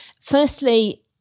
firstly